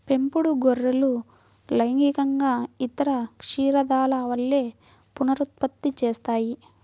పెంపుడు గొర్రెలు లైంగికంగా ఇతర క్షీరదాల వలె పునరుత్పత్తి చేస్తాయి